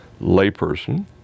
layperson